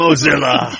Mozilla